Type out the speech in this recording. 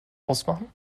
ausmachen